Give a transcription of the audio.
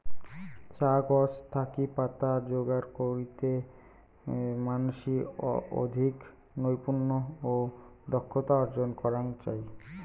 চা গছ থাকি পাতা যোগার কইরতে মানষি অধিক নৈপুণ্য ও দক্ষতা অর্জন করাং চাই